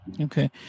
Okay